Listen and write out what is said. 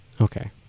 Okay